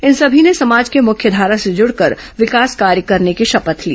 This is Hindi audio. इन सभी ने समाज की मुख्यधारा से जुडकर विकास कार्य करने की शपथ ली